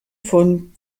von